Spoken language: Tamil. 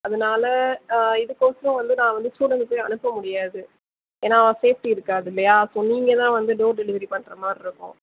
அதனால ஆ இது கோசரம் வந்து நான் வந்து ஸ்டூடண்ட்டை அனுப்ப முடியாது ஏன்னா சேஃப்ட்டி இருக்காது இல்லையா ஸோ நீங்கள் தான் வந்து டோர் டெலிவெரி பண்ணுற மாதிரி இருக்கும்